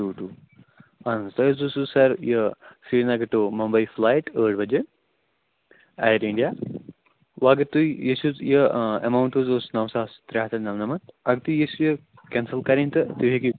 two ٹوٗ اَہَن حظ تۄہہِ حظ اوسوٕ سَر یہِ سریٖنگر ٹُو ممبئی فُلایِٹ ٲٹھ بَجے ایٹ اِنٛڈِیا وۅنۍ اَگر تُہۍ ییٚژھِو زِ یہِ ایٚماوُنٹ حظ اوس نَو ساس ترٛےٚ ہَتھ تہٕ نَمنَمتھ اَگر تُہۍ ییٚژھِوٗ یہِ کیٚنسَل کَرٕنۍ تہٕ تُہۍ ہٮ۪کِو